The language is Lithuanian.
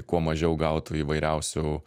kuo mažiau gautų įvairiausių